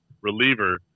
reliever